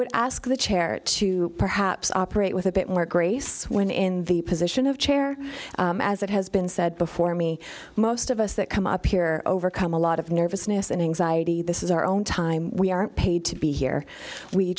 would ask the chair to perhaps operate with a bit more grace when in the position of chair as it has been said before me most of us that come up here overcome a lot of nervousness and anxiety this is our own time we are paid to be here we